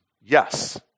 yes